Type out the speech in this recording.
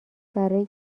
برا